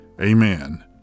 amen